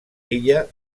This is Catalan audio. illa